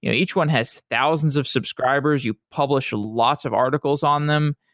each one has thousands of subscribers. you publish lots of articles on them.